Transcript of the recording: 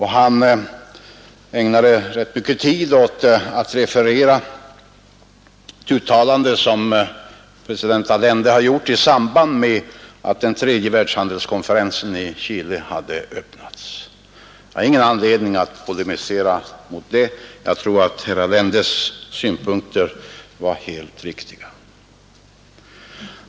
Han ägnade rätt mycken tid åt att referera ett uttalande som president Allede gjort i samband med att den tredje världshandelskonferensen i Chile öppnades. Jag har ingen anledning att polemisera mot det. Jag tror att herr Allendes synpunkter var helt riktiga.